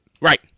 Right